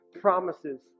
promises